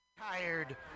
tired